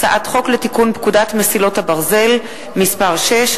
הצעת חוק לתיקון פקודת מסילות הברזל (מס' 6),